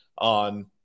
on